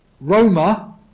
Roma